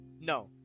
No